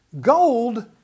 gold